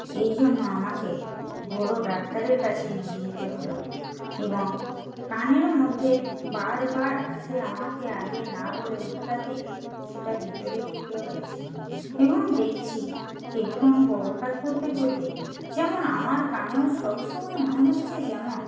এই জন্য আমাকে বড় ডাক্তারের কাছে নিয়ে যেতে হলো এবং কানের মধ্যে বারবার সে আমাকে আগে না বলে উটকাতে সেটা ভেতরে ঢুকেও গেছে এবং দেখছি হেডফোন ব্যবহার করতে করতে যেমন আমার কানেও সবসময় মনে হচ্ছে যেমন